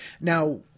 Now